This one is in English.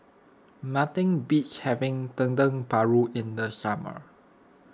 nothing beats having Dendeng Paru in the summer